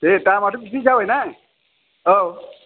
दे दामाथ' बिदिनो जाबायना औ